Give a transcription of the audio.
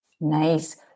Nice